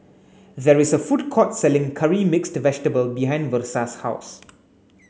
there is a food court selling curry mixed vegetable behind Versa's house